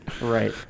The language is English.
Right